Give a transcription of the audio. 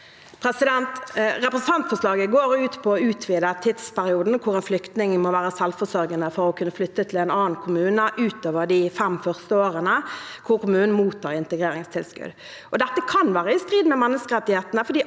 Represen- tantforslaget går ut på å utvide den tidsperioden da en flyktning må være selvforsørgende for å kunne flytte til en annen kommune, utover de fem første årene, når kommunen mottar integreringstilskudd. Dette kan være i strid med menneskerettighetene,